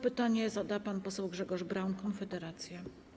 Pytanie zada pan poseł Grzegorz Braun, Konfederacja.